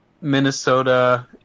Minnesota